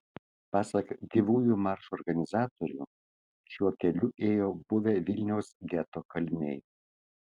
pasak gyvųjų maršo organizatorių šiuo keliu ėjo buvę vilniaus geto kaliniai